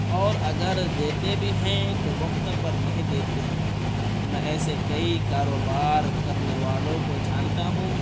اور اگر دیتے بھی ہیں تو وقت پر نہیں دیتے ہیں میں ایسے کئی کاروبار کرنے والوں کو جھانتا ہوں